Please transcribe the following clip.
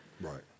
Right